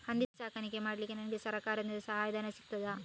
ಹಂದಿ ಸಾಕಾಣಿಕೆ ಮಾಡಲಿಕ್ಕೆ ನನಗೆ ಸರಕಾರದಿಂದ ಸಹಾಯಧನ ಸಿಗುತ್ತದಾ?